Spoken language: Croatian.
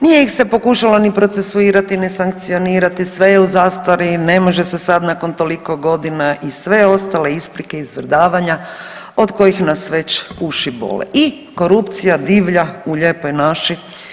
Nije ih se pokušalo ni procesuirati, ni sankcionirati, sve je u zastari, ne može se sad nakon toliko godina i sve ostale isprike i izvrdavanja od kojih nas već uši bole i korupcija divlja u lijepoj našoj.